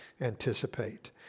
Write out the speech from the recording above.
anticipate